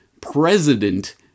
president